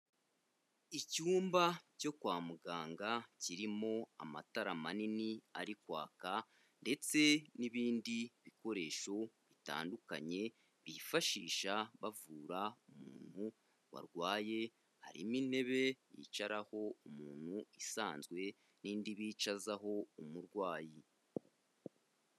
Icyumba cyo kwa muganga, kirimo amatara manini ari kwaka, ndetse n'ibindi bikoresho bitandukanye, bifashisha bavura umuntu warwaye, harimo intebe yicaraho umuntu isanzwe, n'indi bicazaho umurwayi.